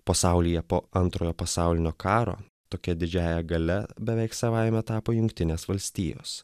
pasaulyje po antrojo pasaulinio karo tokia didžiąja galia beveik savaime tapo jungtinės valstijos